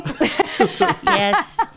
Yes